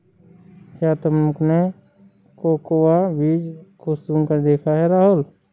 क्या तुमने कोकोआ बीज को सुंघकर देखा है राहुल?